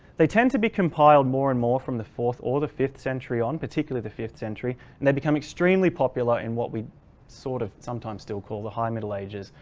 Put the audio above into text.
they tend to be compiled more and more from the fourth or the fifth century on particularly the fifth century and they become extremely popular in what we sort of sometimes still call the high middle ages.